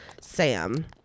Sam